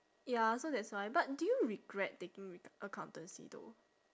ya so that's why but do you regret taking re~ accountancy though